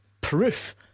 proof